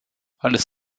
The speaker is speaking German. alles